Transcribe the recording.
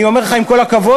אני אומר לך עם כל הכבוד,